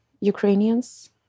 Ukrainians